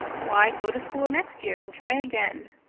why, go to school next year and try again,